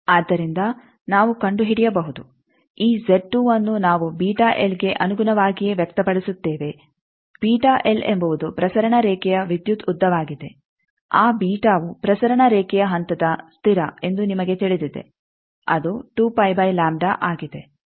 ಆದ್ದರಿಂದ ನಾವು ಕಂಡುಹಿಡಿಯಬಹುದು ಈ ಅನ್ನು ನಾವು ಗೆ ಅನುಗುಣವಾಗಿಯೇ ವ್ಯಕ್ತಪಡಿಸುತ್ತೇವೆ ಎಂಬುವುದು ಪ್ರಸರಣ ರೇಖೆಯ ವಿದ್ಯುತ್ ಉದ್ದವಾಗಿದೆ ಆ ವು ಪ್ರಸರಣ ರೇಖೆಯ ಹಂತದ ಸ್ಥಿರ ಎಂದು ನಿಮಗೆ ತಿಳಿದಿದೆ ಅದು ಆಗಿದೆ